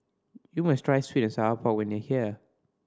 you must try sweet and sour pork when you are here